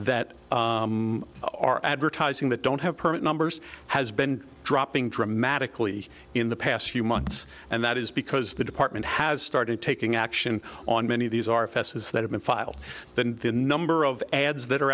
that are advertising that don't have current numbers has been dropping dramatically in the past few months and that is because the department has started taking action on many of these are fesses that have been filed than the number of ads that are